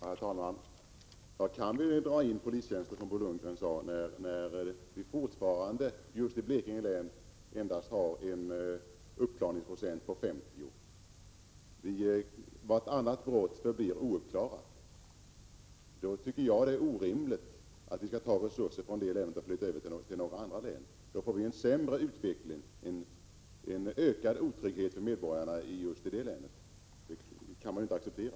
Herr talman! Kan vi, som Bo Lundgren sade, dra in polistjänster när vi fortfarande just i Blekinge län har en uppklarandegrad på endast 50 96? Vartannat brott förblir ouppklarat. Jag tycker att det är orimligt att vi skall ta resurser från det länet och flytta över till andra län. Då får vi ju en sämre utveckling, en ökad otrygghet för medborgarna i just det länet. Det kan man inte acceptera.